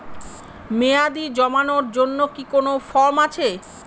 মেয়াদী জমানোর জন্য কি কোন ফর্ম আছে?